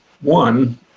one